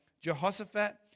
Jehoshaphat